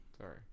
Sorry